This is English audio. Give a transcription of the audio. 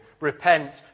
Repent